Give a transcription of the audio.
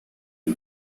los